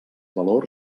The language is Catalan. valor